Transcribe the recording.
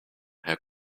herr